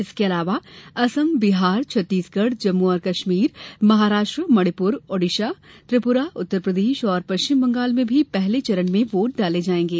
इसके अलावा असम बिहार छत्तीसगढ़ जम्मू और कश्मीर महाराष्ट्र मणिपुर ओड़ीसा त्रिपुरा उत्तरप्रदेश और पश्चिम बंगाल में भी पहले चरण में वोट डाले जायेंगे